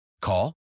Call